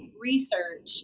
research